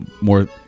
more